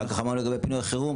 אחר כך אמרנו לגבי פינויי חירום,